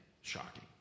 shocking